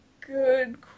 good